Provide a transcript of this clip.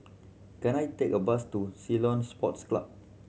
can I take a bus to Ceylon Sports Club